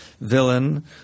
villain